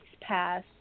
pass